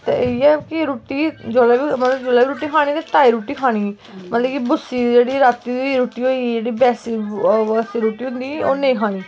ते इ'यै कि रुट्टी जेल्लै बी मतलब जेल्लै बी रुट्टी खानी ते ताज़ी रुट्टी खानी मतलब कि बुस्सी दी जेह्ड़ी रातीं दी रुट्टी होई गेई जेह्ड़ी बासी ओह् बासी रुट्टी होंदी ओह् नेईं खानी